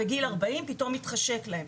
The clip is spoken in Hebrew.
בגיל 40 פתאום התחשק להם.